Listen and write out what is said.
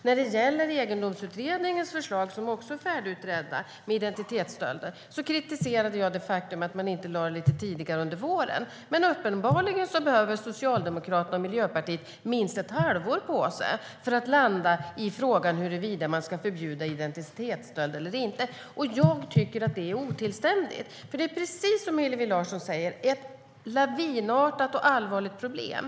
När det gäller Egendomsskyddsutredningens förslag om identitetsstölder, som också är färdigutredda, kritiserade jag det faktum att man inte lägger det lite tidigare under våren. Men uppenbarligen behöver Socialdemokraterna och Miljöpartiet minst ett halvår på sig för att landa i frågan om huruvida man ska förbjuda identitetsstöld eller inte. Jag tycker att det är otillständigt. Precis som Hillevi Larsson säger är detta ett lavinartat och allvarligt problem.